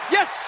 Yes